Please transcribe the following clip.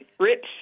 rich